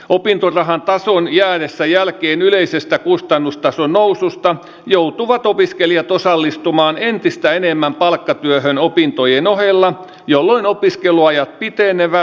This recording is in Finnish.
opintorahan tason jäädessä jälkeen yleisestä kustannustason noususta joutuvat opiskelijat osallistumaan entistä enemmän palkkatyöhön opintojen ohella jolloin opiskeluajat pitenevät